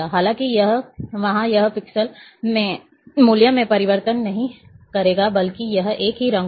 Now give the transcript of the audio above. हालाँकि वहाँ यह पिक्सेल मूल्य में परिवर्तन नहीं करेगा बल्कि यह एक ही रंग होगा